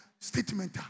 statement